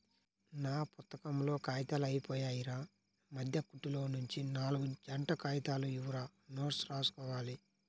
నా పుత్తకంలో కాగితాలు అయ్యిపొయ్యాయిరా, మద్దె కుట్టులోనుంచి నాల్గు జంట కాగితాలు ఇవ్వురా నోట్సు రాసుకోవాలి